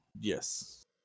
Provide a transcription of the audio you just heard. Yes